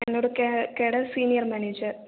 என்னோட கே cadre senior manager